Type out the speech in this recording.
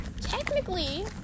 Technically